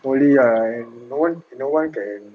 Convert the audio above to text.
only I known no one can